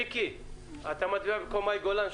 מיקי, אתה מצביע במקום מאי גולן.